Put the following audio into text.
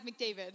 McDavid